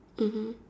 mmhmm